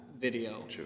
video